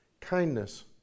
Kindness